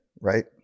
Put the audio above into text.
right